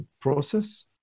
process